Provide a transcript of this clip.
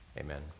amen